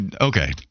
Okay